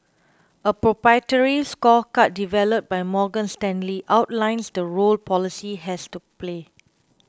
a proprietary scorecard developed by Morgan Stanley outlines the role policy has to play